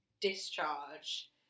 discharge